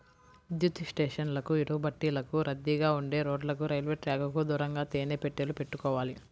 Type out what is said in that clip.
విద్యుత్ స్టేషన్లకు, ఇటుకబట్టీలకు, రద్దీగా ఉండే రోడ్లకు, రైల్వే ట్రాకుకు దూరంగా తేనె పెట్టెలు పెట్టుకోవాలి